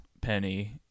penny